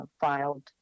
filed